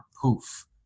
poof